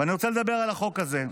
אני רוצה לדבר על החוק הזה.